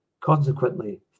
Consequently